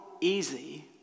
easy